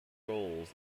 goals